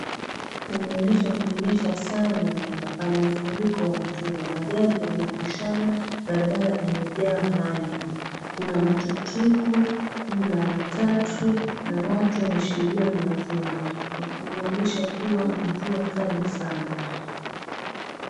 Kunaonyesha kumenyesha sana pana mfuriko wa mvua. Magari yanapishana, barabara imejaa maji. Kuna matuktuk, kuna matatu na watu wameshikilia miavuli. Inaonyesha kuwa ni mvua mkali sana.